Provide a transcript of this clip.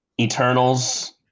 Eternals